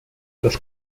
los